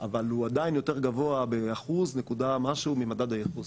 אבל הוא עדיין יותר גבוה באחוז נקודה משהו ממד הייחוס,